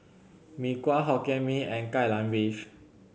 Mee Kuah Hokkien Mee and Kai Lan Beef